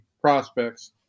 prospects